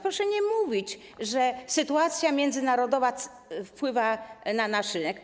Proszę nie mówić, że sytuacja międzynarodowa wpływa na nasz rynek.